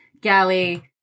galley